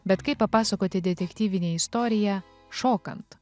bet kaip papasakoti detektyvinę istoriją šokant